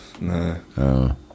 no